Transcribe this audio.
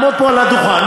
לעמוד פה על הדוכן,